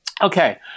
Okay